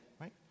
right